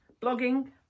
blogging